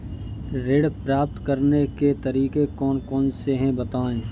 ऋण प्राप्त करने के तरीके कौन कौन से हैं बताएँ?